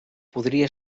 podria